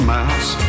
Mouse